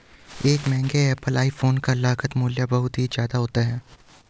एक महंगे Apple iPhone का लागत मूल्य बहुत ही ज्यादा होता है